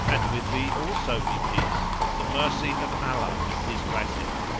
and with thee also be peace and the mercy of allah and his blessing.